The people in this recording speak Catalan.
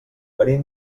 venim